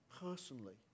personally